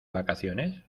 vacaciones